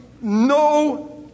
no